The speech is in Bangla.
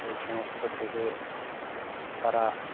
এই সমস্ত থেকে তারা